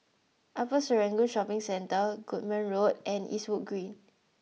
Upper Serangoon Shopping Centre Goodman Road and Eastwood Green